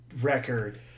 record